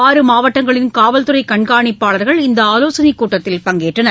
ஆறு மாவட்டங்களின் காவல்துறை கண்காணிப்பாளர்கள் இந்த ஆவோசனைக் கூட்டத்தில் பங்கேற்றனர்